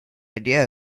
idea